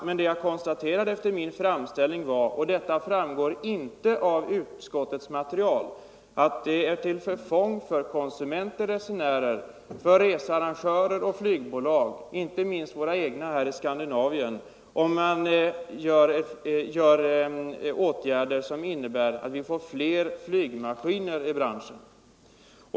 Men jag konstaterade att det — och detta framgår inte av utskottets material — vore till förfång för resenärer, researrangörer och flygbolag, inte minst de skandinaviska, om man vidtog åtgärder som innebar att vi fick fler flygmaskiner i branschen.